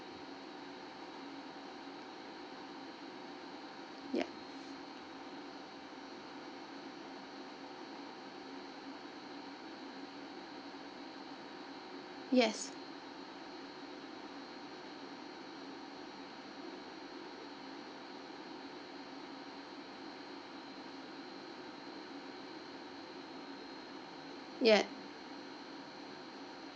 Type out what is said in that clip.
ya yes yeah